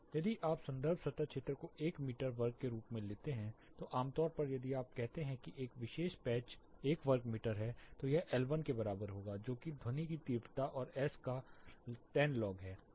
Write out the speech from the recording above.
यदि आप संदर्भ सतह क्षेत्र को 1 मीटर वर्ग के रूप में लेते हैं तो आमतौर पर यदि आप कहते हैं कि यह विशेष पैच 1 वर्ग मीटर है तो यह LI के बराबर होगा जो कि ध्वनि की तीव्रता और एस का 10 लॉग है